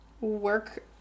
work